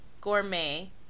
gourmet